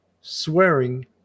swearing